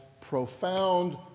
profound